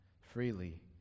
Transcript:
freely